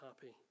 happy